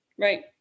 Right